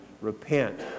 repent